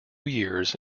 years